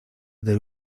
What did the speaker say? del